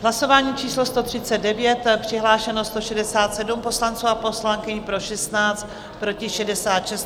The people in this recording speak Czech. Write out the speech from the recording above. Hlasování číslo 139, přihlášeno 167 poslanců a poslankyň, pro 16, proti 66.